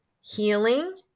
healing